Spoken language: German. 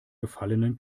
gefallenen